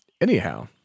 Anyhow